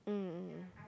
mm mm mm